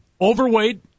overweight